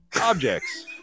objects